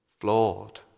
flawed